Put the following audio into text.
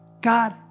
God